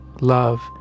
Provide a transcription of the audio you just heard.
love